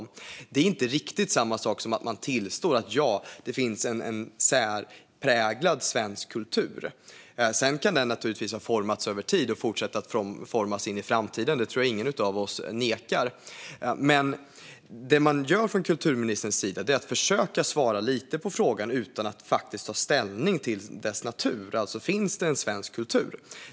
Men det är inte riktigt samma sak som att man tillstår att det finns en särpräglad svensk kultur. Sedan kan den naturligtvis ha formats över tid och fortsätta att formas i framtiden. Detta tror jag inte att någon av oss nekar till. Det kulturministern gör är att försöka svara lite på frågan utan att faktiskt ta ställning till dess natur, alltså om det finns en svensk kultur.